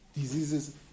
diseases